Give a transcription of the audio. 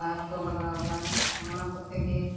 ᱥᱟᱨᱠᱚ ᱞᱟᱜᱟᱣᱮᱫᱟ ᱚᱱᱟᱠᱚᱛᱮ ᱜᱮ